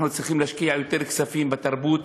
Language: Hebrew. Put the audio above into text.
אנחנו צריכים להשקיע יותר כספים בתרבות,